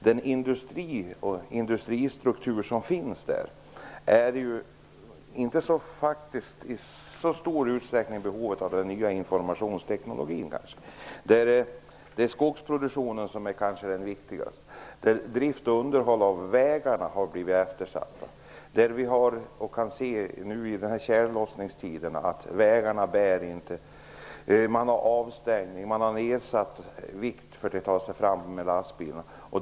Den industri och den industristruktur som finns i glesbygdsområdena är kanske inte i så stor utsträckning i behov av den nya informationsteknologin. Skogsproduktionen är kanske den viktigaste av dessa näringar. Drift och underhåll av vägarna har nu blivit eftersatta. Vi kan i de här tjällossningstiderna se att vägarna inte bär. Vägar stängs av, och den tillåtna vikten för lastbilar som skall ta sig fram minskas.